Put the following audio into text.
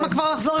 למה כבר לחזור?